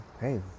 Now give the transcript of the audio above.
hey